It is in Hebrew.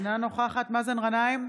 אינה נוכחת מאזן גנאים,